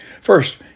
First